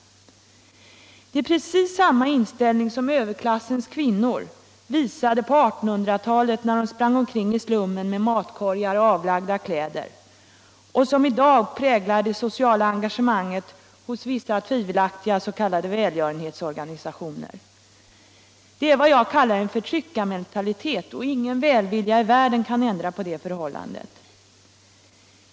Det är precis samma inställning som överklassens kvinnor visade på 1800-talet när de sprang omkring i slummen med matkorgar och avlagda kläder, och som i dag präglar det sociala engagemanget hos vissa tvivelaktiga s.k. välgörenhetsorganisationer. Det är vad jag kallar en förtryckarmentalitet, och ingen välvilja i världen kan ändra på det förhållandet.